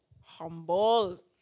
humble